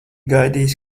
gaidījis